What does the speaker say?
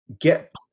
get